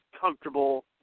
comfortable